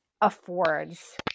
affords